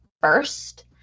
first